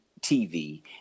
TV